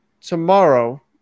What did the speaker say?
tomorrow